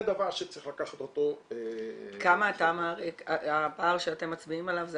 וזה דבר שצריך לקחת אותו -- הפער שאתם מצביעים עליו זה